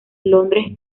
londres